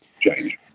change